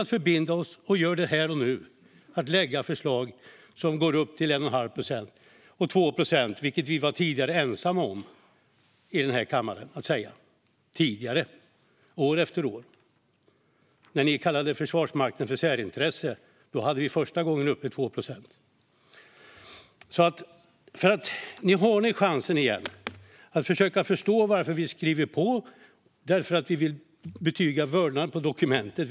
Vi förbinder oss här och nu att lägga fram förslag som går upp till 1,5 procent, eller de 2 procent som vi tidigare var ensamma om i denna kammare - år efter år. När ni kallade Försvarsmakten ett särintresse hade vi för första gången 2 procent uppe. Nu har ni chansen igen att försöka förstå varför vi skriver på. Vi vill betyga vördnad för dokumentet.